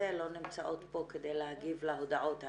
לא נמצאות פה כדי להגיב להודעות האלה.